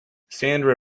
sandra